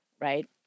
right